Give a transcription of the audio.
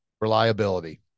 reliability